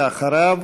ואחריו,